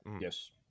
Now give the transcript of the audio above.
yes